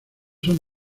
son